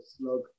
slug